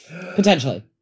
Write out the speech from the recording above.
Potentially